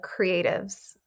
creatives